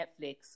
Netflix